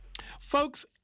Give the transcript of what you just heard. folks